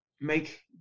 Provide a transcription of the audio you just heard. make